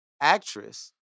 actress